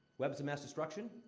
weapons of mass destruction?